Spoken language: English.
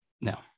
No